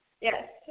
yes